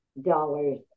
dollars